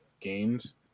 games